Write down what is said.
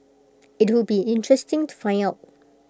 IT would be interesting to find out